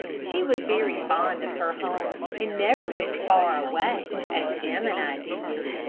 she was very fond of her home, and never went far away, as jim and i did.